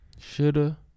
Shoulda